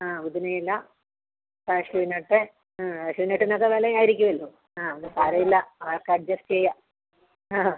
ആ പുതിനയില cashew nut ആ കാഷ്യൂ നട്ടിനൊക്കെ വിലയായിരിക്കുമല്ലോ ആ അത് സാരമില്ല അതൊക്കെ അഡ്ജസ്റ്റ് ചെയ്യാം ആ ഹാ